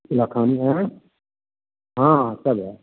लखानी आँइ हँ सब हए